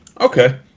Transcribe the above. Okay